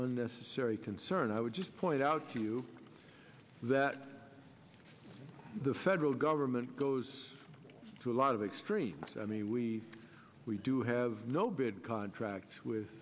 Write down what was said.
unnecessary concern i would just point out to you that the federal government goes to a lot of extreme i mean we we do have no bid contracts with